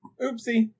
Oopsie